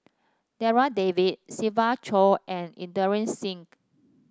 Darryl David Siva Choy and Inderjit Singh